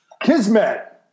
Kismet